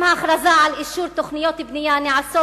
אם ההכרזה על אישור תוכניות בנייה נעשית